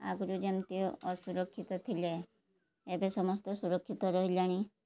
ଆଗରୁ ଯେମିତି ଅସୁରକ୍ଷିତ ଥିଲେ ଏବେ ସମସ୍ତେ ସୁରକ୍ଷିତ ରହିଲେଣି